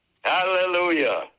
Hallelujah